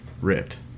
ripped